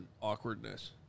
awkwardness